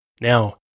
Now